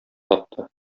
тапты